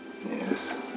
Yes